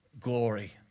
glory